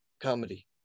comedy